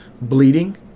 Bleeding